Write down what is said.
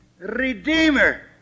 Redeemer